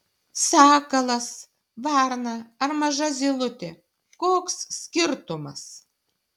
sakalas varna ar maža zylutė koks skirtumas